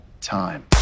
time